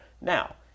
Now